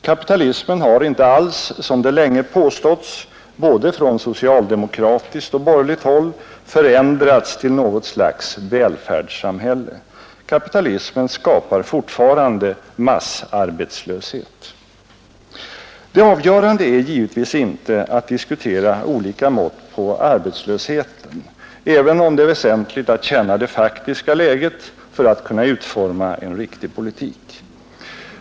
Kapitalismen har inte alls, som det länge påståtts från både socialdemokratiskt och borgerligt håll, förändrats till något slags välfärdssamhälle. Kapitalismen skapar fortfarande massarbetslöshet. Det avgörande är givetvis inte att diskutera olika mått på arbetslösheten, även om det är väsentligt att känna det faktiska läget för att kunna utforma en riktig politik.